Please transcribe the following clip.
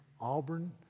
Auburn